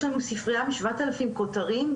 יש לנו ספרייה עם 7,000 כותרים,